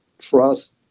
trust